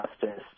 justice